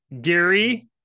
Gary